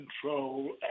control